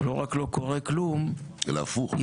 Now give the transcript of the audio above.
לא רק שלא קורה כלום -- אלא הפוך.